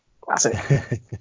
classic